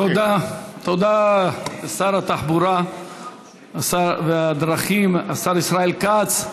תודה לשר התחבורה והדרכים, השר ישראל כץ.